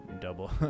Double